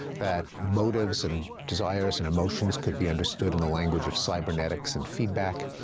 that motives and desires and emotions could be understood in the language of cybernetics and feedback,